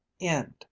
end